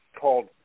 called